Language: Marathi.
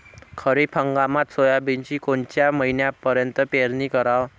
खरीप हंगामात सोयाबीनची कोनच्या महिन्यापर्यंत पेरनी कराव?